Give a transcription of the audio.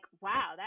wow